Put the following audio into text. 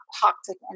toxic